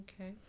Okay